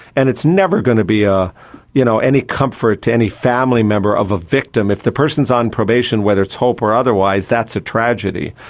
and it's never going to be ah you know any comfort to any family member of a victim, if the person is on probation, whether it's hope or otherwise, that's a tragedy.